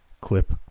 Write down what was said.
clip